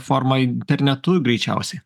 forma internetu greičiausiai